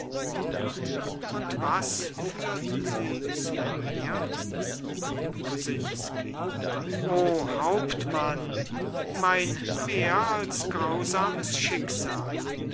und was führt sie zu mir kosinsky o hauptmann mein mehr als grausames schicksal